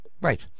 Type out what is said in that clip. Right